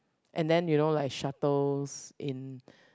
and then you know like shuttles in